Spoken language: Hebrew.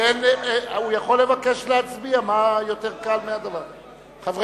זה כדי לגמור את זה סופית.